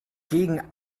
gegen